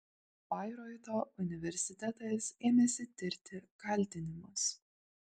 bairoito universitetas ėmėsi tirti kaltinimus